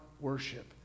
worship